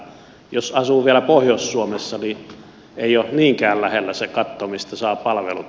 jos asuu vielä pohjois suomessa niin ei ole niinkään lähellä se katto mistä saa palvelut